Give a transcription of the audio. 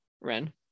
Ren